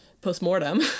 postmortem